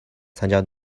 参加